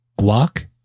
guac